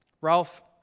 Ralph